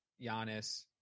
Giannis